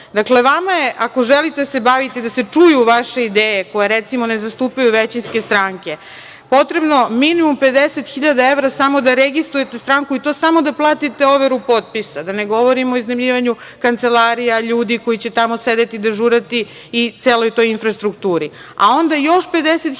Dakle, vama je, ako želite da se bavite, da se čuju vaše ideje koje, recimo, ne zastupaju većinske stranke, potrebno minimum 50.000 evra samo da registrujete stranku, i to samo da platite overu potpisa, a da ne govorim o iznajmljivanju kancelarija, ljudi koji će tamo sedeti, dežurati i celoj toj infrastrukturi,